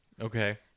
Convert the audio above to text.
Okay